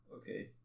okay